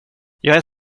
jag